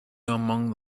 among